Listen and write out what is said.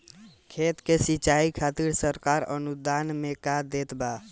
खेत के सिचाई खातिर सरकार अनुदान में का देत बा?